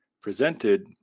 presented